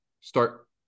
start